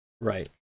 Right